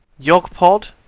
Yogpod